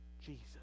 Jesus